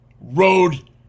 road